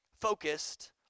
focused